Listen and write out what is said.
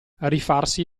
rifarsi